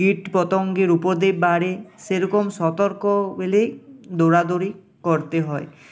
কীট পতঙ্গের উপদ্রব বাড়ে সেরকম সতর্ক হলেই দৌড়াদৌড়ি করতে হয়